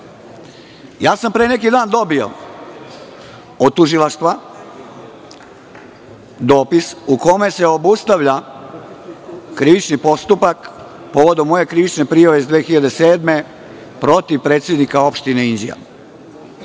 treba. Pre neki dan sam dobio od tužilaštva dopis u kome se obustavlja krivični postupak povodom moje krivične prijave iz 2007. godine protiv predsednika Opštine Inđija